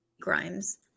Grimes